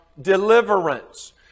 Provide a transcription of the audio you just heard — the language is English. deliverance